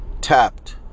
tapped